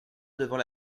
devant